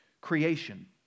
creation